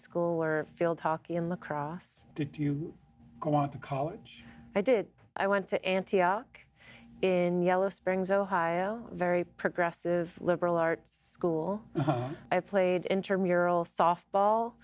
school were field hockey and lacrosse did you go on to college i did i went to antioch in yellow springs ohio very progressive liberal arts school i played intermural softball